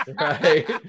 right